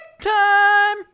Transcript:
time